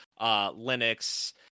Linux